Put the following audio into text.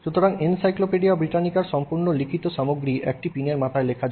সুতরাং এনসাইক্লোপিডিয়া ব্রিটানিকার সম্পূর্ণ লিখিত সামগ্রী একটি পিনের মাথায় লেখা হয়